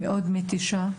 מאוד מתישה,